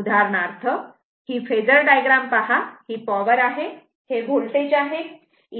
उदाहरणार्थ ही phasor diagram पहा ही पॉवर आहे हे वोल्टेज आहे